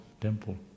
temple